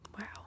Wow